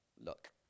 look